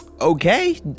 Okay